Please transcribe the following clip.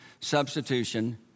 substitution